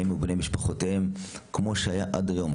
בהם ובבני משפחותיהם, כמו שהיה עד היום.